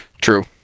True